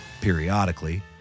Periodically